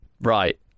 Right